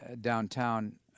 downtown